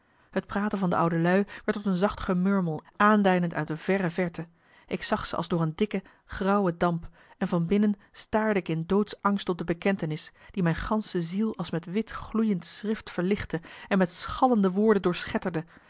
het praten van de oude lui werd tot een zacht gemurmel aandeinend uit een verre verte ik zag ze als door een dikke grauwe damp en van binnen staarde ik in doodsangst op de bekentennis die mijn gansche ziel als met wit gloeiend schrift verlichtte en met schallende woorden